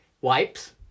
wipes